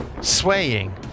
swaying